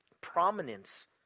prominence